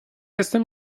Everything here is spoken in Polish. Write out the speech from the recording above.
jestem